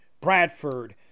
Bradford